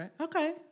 Okay